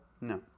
no